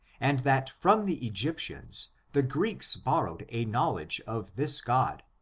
and that from the egyp tians the greeks borrowed a knowledge of this god,